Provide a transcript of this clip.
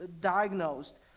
diagnosed